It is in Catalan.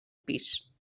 pis